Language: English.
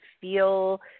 feel